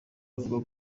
avuga